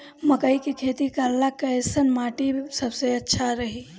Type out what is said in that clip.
मकई के खेती करेला कैसन माटी सबसे अच्छा रही?